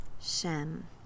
Shem